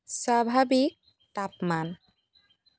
স্বাভাৱিক তাপমান